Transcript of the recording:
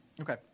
Okay